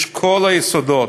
יש כל היסודות,